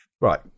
right